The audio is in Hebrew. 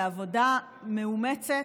בעבודה מאומצת,